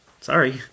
Sorry